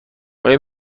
آیا